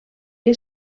que